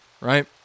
right